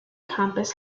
campus